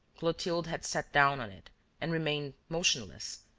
clotilde had sat down on it and remained motionless,